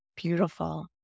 beautiful